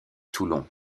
toulon